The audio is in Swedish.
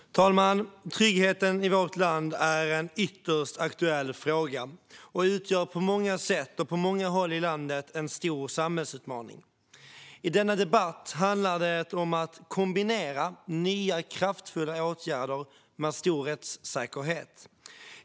Herr talman! Tryggheten i vårt land är en ytterst aktuell fråga och utgör på många sätt och på många håll i landet en stor samhällsutmaning. I denna debatt handlar det om att kombinera nya kraftfulla åtgärder med en stor rättssäkerhet.